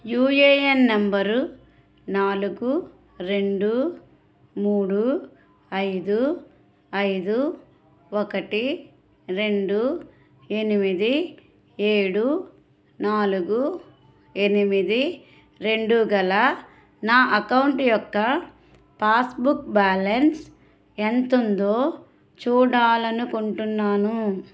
UAN number నాలుగు రెండు మూడు ఐదు ఐదు ఒకటి రెండు ఎనిమిది ఏడు నాలుగు ఎనిమిది రెండు గల నా అకౌంట్ యొక్క పాస్బుక్ బ్యాలన్స్ ఎంతుందో చూడాలనుకుంటున్నాను